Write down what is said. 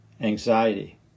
anxiety